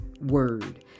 word